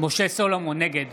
נגד